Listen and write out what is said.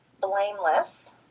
blameless